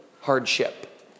hardship